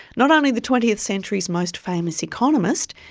not only the twentieth century's most famous economist,